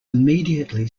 immediately